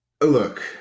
Look